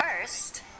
First